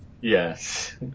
Yes